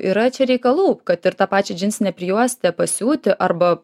yra čia reikalų kad ir tą pačią džinsinę prijuostę pasiūti arba